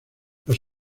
los